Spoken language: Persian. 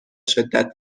شدت